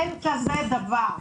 אין כזה דבר,